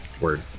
Word